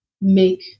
make